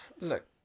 Look